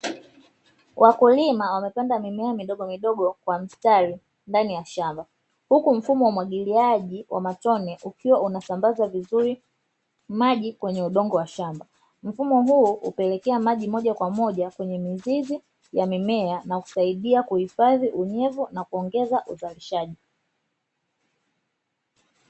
Wakulima wamepanda mimea midogomidogo kwa mstari ndani ya shamba, huku mfumo wa umwagiliaji wa matone ukiwa unasambaza vizuri maji kwenye udongo wa shamba. Mfumo huu hupeleka maji moja kwa moja kwenye mizizi ya mimea na kusaidia kuhifadhi unyevu na kuongeza uzalishaji.